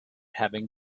having